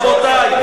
רבותי.